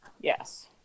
Yes